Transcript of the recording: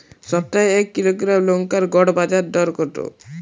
সপ্তাহে এক কিলোগ্রাম লঙ্কার গড় বাজার দর কতো?